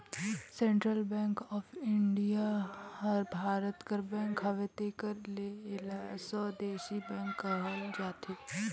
central bank of India bank हर भारत कर bank हवे तेकर ले एला स्वदेसी बेंक कहल जाथे